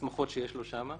וההסמכות שיש לו שם.